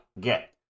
get